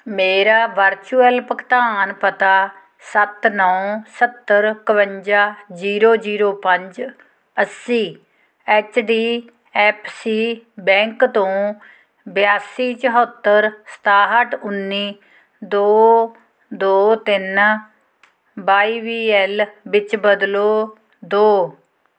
ਮੇਰਾ ਵਰਚੁਅਲ ਭੁਗਤਾਨ ਪਤਾ ਸੱਤ ਨੌ ਸੱਤਰ ਇਕਵੰਜਾ ਜੀਰੋ ਜੀਰੋ ਪੰਜ ਅੱਸੀ H D F C bank ਤੋਂ ਬਿਆਸੀ ਚੁਹੱਤਰ ਸਤਾਹਠ ਉੱਨੀ ਦੋ ਦੋ ਤਿੰਨ ਵਾਈ ਬੀ ਐੱਲ ਵਿੱਚ ਬਦਲੋ ਦੋ